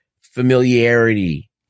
familiarity